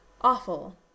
awful